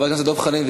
חבר הכנסת דב חנין,